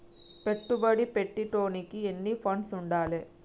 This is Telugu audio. పెట్టుబడి పెట్టేటోనికి ఎన్ని ఫండ్స్ ఉండాలే?